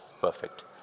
perfect